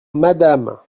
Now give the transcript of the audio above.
madame